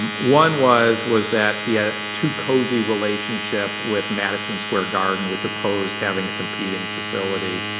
um one was was that he had a too-cozy relationship with madison square garden, which opposed having a competing facility.